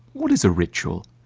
what is a ritual?